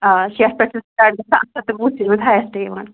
آ شیٚتھ پٮ۪ٹھ چھِ سٹاٹ گژھان اَتھ تہٕ وُچھمُت ہایسٹ یِوان